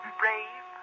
brave